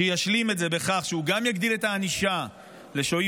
שישלים את זה בכך שיגדיל את הענישה גם לשוהים